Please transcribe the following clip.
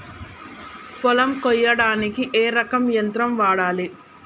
పొలం కొయ్యడానికి ఏ రకం యంత్రం వాడాలి?